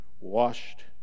washed